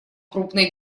крупные